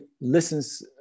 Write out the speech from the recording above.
listens